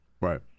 Right